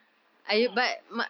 !huh!